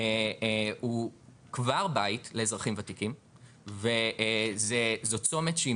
הוא כבר בית לאזרחים וותיקים וזו צומת שהיא